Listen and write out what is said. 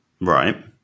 Right